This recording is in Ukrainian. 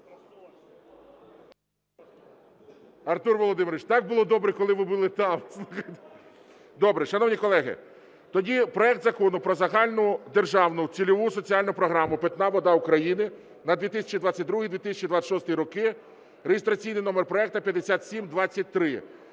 Артур Володимирович, так було добре, коли ви були… Добре, шановні колеги, тоді проект Закону про Загальнодержавну цільову соціальну програму "Питна вода України" на 2022 – 2026 роки (реєстраційний номер проекту 5723).